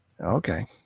Okay